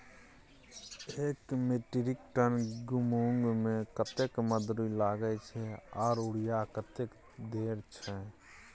एक metric ton मूंग में कतेक मजदूरी लागे छै आर यूरिया कतेक देर छै?